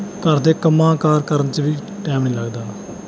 ਘਰ ਦੇ ਕੰਮਾਂ ਕਾਰ ਕਰਨ 'ਚ ਵੀ ਟਾਈਮ ਨਹੀਂ ਲੱਗਦਾ